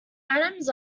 adams